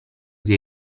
zia